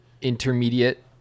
intermediate